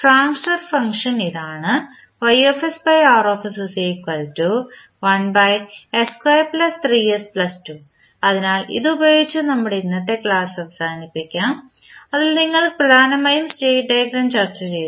transfer function ഇതാണ് അതിനാൽ ഇതുപയോഗിച്ച് നമ്മുടെ ഇന്നത്തെ ക്ലാസ് അവസാനിപ്പിക്കാം അതിൽ നിങ്ങൾ പ്രധാനമായും സ്റ്റേറ്റ് ഡയഗ്രം ചർച്ചചെയ്തു